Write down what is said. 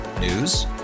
News